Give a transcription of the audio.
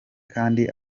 kandi